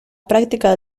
práctica